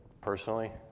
personally